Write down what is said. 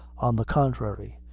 on the contrary,